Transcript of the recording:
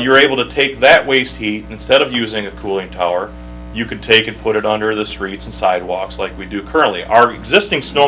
you're able to take that waste heat instead of using a cooling tower you can take and put it under the streets and sidewalks like we do currently our existing snow